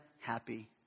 happy